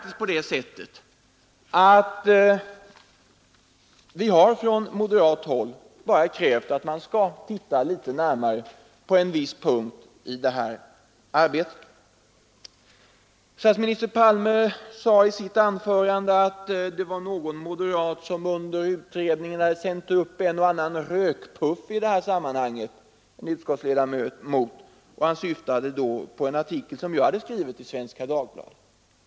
I sitt anförande sade statsminister Palme att det var en moderat utskottsledamot som under utredningen hade sänt upp en och annan rökpuff. Han syftade då på en artikel som jag skrivit i Svenska Dagbladet.